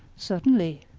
certainly,